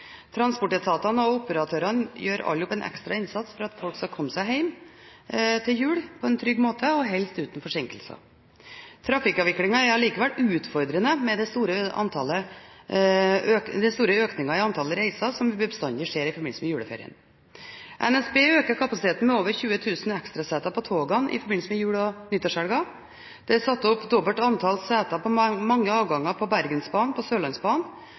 Transportetatene og operatørene gjør alle en ekstra innsats for at folk skal komme seg hjem til jul på en trygg måte, og helst uten forsinkelser. Trafikkavviklingen er likevel utfordrende med den store økningen i antallet reiser som bestandig skjer i forbindelse med juleferien. NSB øker kapasiteten med over 20 000 ekstraseter på togene i forbindelse med jule- og nyttårshelgen. Det er satt opp dobbelt antall seter på mange avganger på Bergensbanen og Sørlandsbanen.